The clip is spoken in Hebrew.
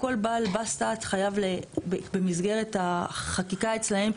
כל בעל בסטה חייב במסגרת החקיקה אצלם,